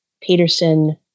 Peterson